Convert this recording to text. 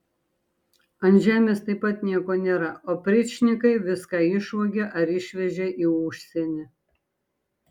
ant žemės taip pat nieko nėra opričnikai viską išvogė ar išvežė į užsienį